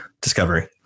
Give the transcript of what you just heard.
discovery